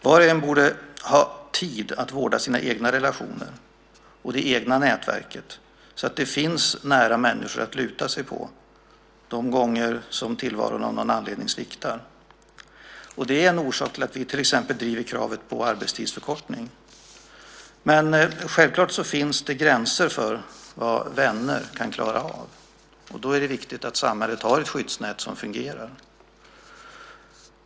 Var och en borde ha tid att vårda sina egna relationer och det egna nätverket så att det finns nära människor att luta sig emot de gånger som tillvaron av någon anledning sviktar. Det är en orsak till att vi till exempel driver kravet på arbetstidsförkortning. Men självklart finns det gränser för vad vänner kan klara av, och då är det viktigt att samhället har ett skyddsnät som fungerar.